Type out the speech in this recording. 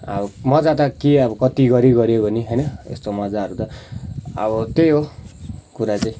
अब मजा त के अब कति गरियो गरियो होइन यस्तो मजाहरू त होइन अब त्यही हो कुरा चाहिँ